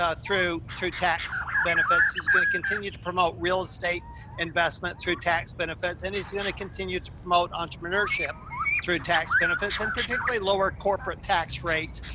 ah through, through tax benefits. he's going to continue to promote real estate investment through tax benefits. and he's going to continue to promote entrepreneurship through tax benefits and particularly lower corporate tax rates,